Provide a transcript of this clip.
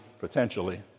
potentially